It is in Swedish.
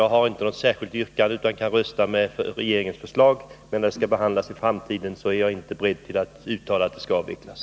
Jag har inget särskilt yrkande utan kan rösta på regeringens och utskottets förslag. Men när frågan skall behandlas i framtiden är jag inte beredd att uttala att bidraget skall avvecklas.